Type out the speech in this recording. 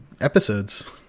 episodes